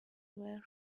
where